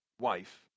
wife